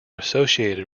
associated